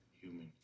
human